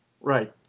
Right